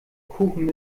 kuchen